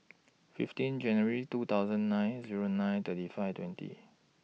fifteen January two thousand nine Zero nine thirty five twenty